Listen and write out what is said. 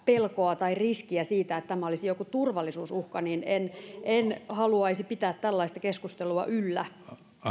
pelkoa tai riskiä siitä että tämä olisi joku turvallisuusuhka en en haluaisi pitää tällaista keskustelua yllä